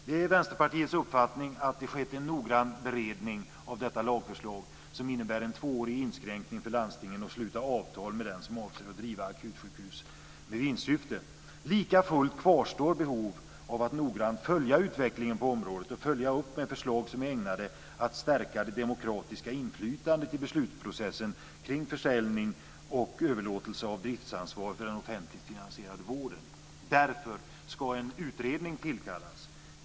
Det är Vänsterpartiets uppfattning att det skett en noggrann beredning av detta lagförslag, som innebär en tvåårig inskränkning för landstingen när det gäller att sluta avtal med den som avser att driva akutsjukhus med vinstsyfte. Likafullt kvarstår behov av att noggrant följa utvecklingen på området och följa upp med förslag som är ägnade att stärka det demokratiska inflytandet i beslutsprocessen kring försäljning och överlåtelse av driftsansvar för den offentligt finansierade vården. Därför ska en utredning tillkallas.